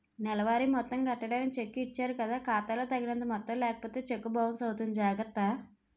నెలవారీ మొత్తం కట్టడానికి చెక్కు ఇచ్చారు కదా ఖాతా లో తగినంత మొత్తం లేకపోతే చెక్కు బౌన్సు అవుతుంది జాగర్త